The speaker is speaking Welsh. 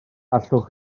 allwch